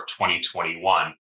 2021